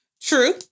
True